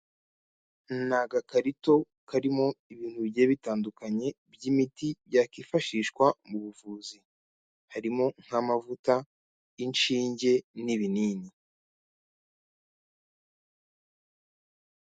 Nagakarito karimo ibintu bigiye bitandukanye by'imiti yakwifashishwa mu buvuzi harimo nk'amavuta inshinge n'ibinini.